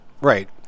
Right